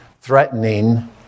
threatening